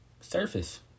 Surface